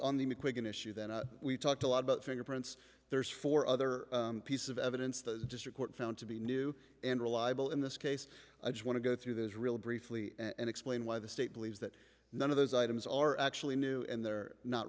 an issue that we talked a lot about fingerprints there's four other piece of evidence the district court found to be new and reliable in this case i just want to go through those real briefly and explain why the state believes that none of those items are actually new and they're not